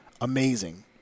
amazing